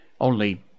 only